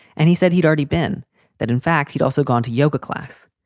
and he said he'd already been that in fact he'd also gone to yoga class.